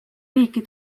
riiki